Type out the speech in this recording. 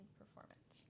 performance